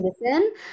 listen